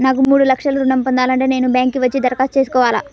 నాకు మూడు లక్షలు ఋణం ను పొందాలంటే నేను బ్యాంక్కి వచ్చి దరఖాస్తు చేసుకోవాలా?